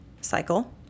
cycle